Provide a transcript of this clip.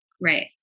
right